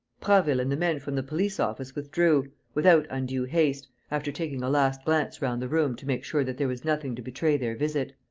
prasville and the men from the police-office withdrew, without undue haste, after taking a last glance round the room to make sure that there was nothing to betray their visit.